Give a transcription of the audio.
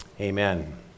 Amen